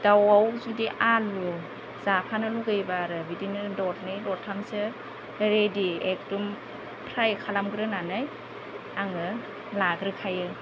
दाउआव जुदि आलु जाफानो लुगैयोब्ला आरो बिदिनो दरनै दरथामसो रेडि एखदम फ्राय खालामग्रोनानै आङो लाग्रोखायो